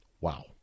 Wow